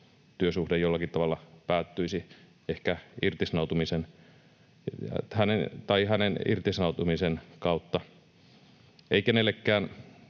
työsuhde jollakin tavalla päättyisi, ehkä irtisanoutumisen kautta. Ei kenellekään